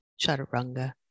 chaturanga